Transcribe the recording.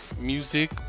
music